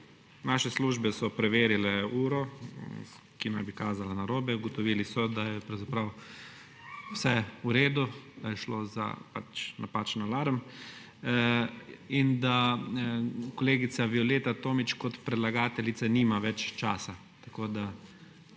Naše službe so preverile uro, ki naj bi kazala narobe. Ugotovili so, da je pravzaprav vse v redu, da je šlo za napačen alarm in da kolegica Violeta Tomić kot predlagateljica nima več časa. Tako da